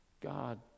God